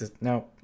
no